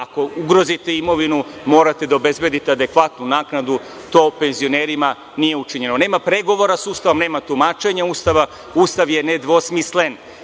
ako ugrozite imovine, morate da obezbedite adekvatnu naknadu, a to penzionerima nije učinjeno. Nema pregovora sa Ustavom, nema tumačenja Ustava, Ustav je nedvosmislen.